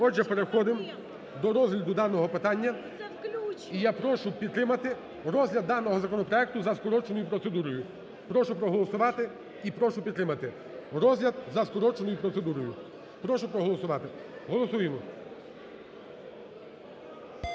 Отже, переходимо до розгляду даного питання. І я прошу підтримати розгляд даного законопроекту за скороченою процедурою. Прошу проголосувати і прошу підтримати розгляд за скороченою процедурою. Прошу проголосувати. Голосуємо.